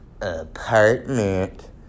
apartment